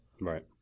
Right